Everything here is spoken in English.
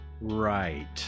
Right